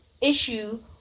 issue